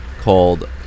called